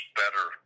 better